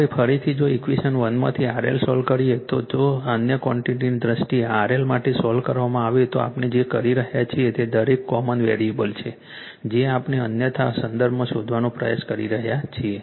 હવે ફરીથી જો ઇક્વેશન 1 માંથી RL સોલ્વ કરીએ તો જો અન્ય ક્વૉન્ટીટીની દ્રષ્ટિએ RL માટે સોલ્વ કરવામાં આવે તો આપણે જે કરી રહ્યા છીએ તે દરેક કોન વેરીએબલ છે જે આપણે અન્યના સંદર્ભમાં શોધવાનો પ્રયાસ કરી રહ્યા છીએ